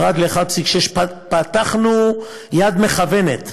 פתחנו "יד מכוונת",